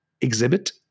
exhibit